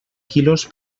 quilos